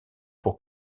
pour